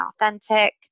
authentic